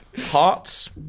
Hearts